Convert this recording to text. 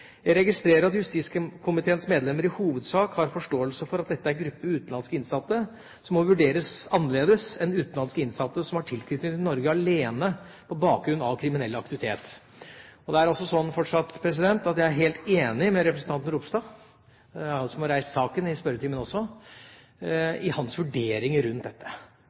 Jeg registrerer at justiskomiteens medlemmer i hovedsak har forståelse for at dette er en gruppe utenlandske innsatte som må vurderes annerledes enn utenlandske innsatte som har tilknytning til Norge alene på bakgrunn av kriminell aktivitet. Det er altså sånn fortsatt at jeg er helt enig med representanten Ropstad, som også reiste saken i spørretimen, i hans vurderinger rundt dette.